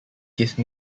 give